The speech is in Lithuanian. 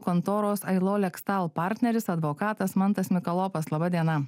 kontoros alijolekstau partneris advokatas mantas mikolofas laba diena